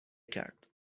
کرد